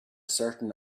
certain